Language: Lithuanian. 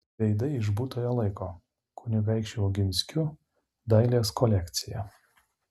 veidai iš būtojo laiko kunigaikščių oginskių dailės kolekcija